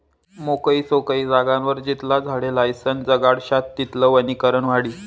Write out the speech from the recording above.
मोकयी चोकयी जागावर जितला झाडे लायीसन जगाडश्यात तितलं वनीकरण वाढी